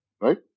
right